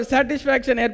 Satisfaction